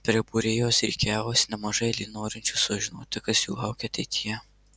prie būrėjos rikiavosi nemaža eilė norinčių sužinoti kas jų laukia ateityje